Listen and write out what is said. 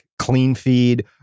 CleanFeed